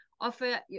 offer